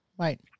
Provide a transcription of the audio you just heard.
Right